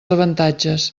avantatges